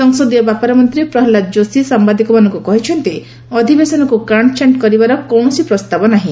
ସଂସଦୀୟ ବ୍ୟାପାର ମନ୍ତ୍ରୀ ପ୍ରହଲ୍ଲାଦ ଯୋଶୀ ସାମ୍ବାଦିକମାନଙ୍କୁ କହିଛନ୍ତି ଅଧିବେଶନକୁ କାଣ୍ଟଛାଣ୍ଟ କରିବାର କୌଣସି ପ୍ରସ୍ତାବ ନାହିଁ